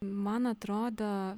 man atrodo